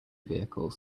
vehicle